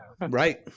Right